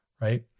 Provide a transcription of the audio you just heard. right